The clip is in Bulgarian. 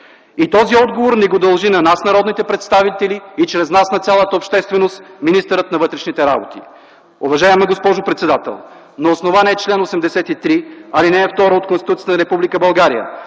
Този отговор ни го дължи на нас, народните представители, и чрез нас на цялата общественост министърът на вътрешните работи. Уважаема госпожо председател, на основание чл. 83, ал. 2 от Конституцията на Република България